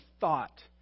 thought